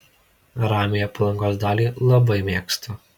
ramiąją palangos dalį labai mėgstu